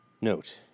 Note